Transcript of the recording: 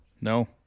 No